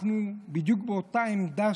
אנחנו בדיוק באותה עמדה,